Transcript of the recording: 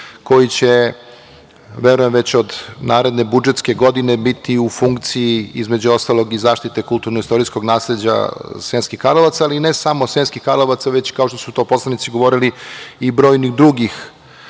koji će, verujem, već od naredne budžetske godine biti u funkciji, između ostalog, i zaštite kulturno-istorijskog nasleđa Sremskih Karlovaca, ali ne samo Sremskih Karlovaca, već kako su to već poslanici govorili, i brojnih drugih